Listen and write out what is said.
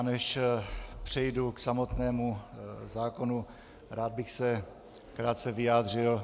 Než přejdu k samotnému zákonu, rád bych se krátce vyjádřil.